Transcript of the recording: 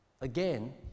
again